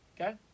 Okay